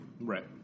Right